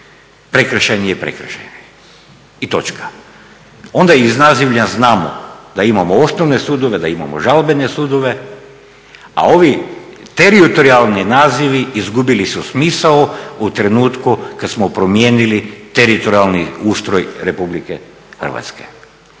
Prekršajni je prekršajni. I točka. Onda iz nazivlja znamo da imamo osnovne sudove, da imamo žalbene sudove, a ovi teritorijalni nazivi izgubili su smisao u trenutku kada smo promijenili teritorijalni ustroj RH. I ne vjerujem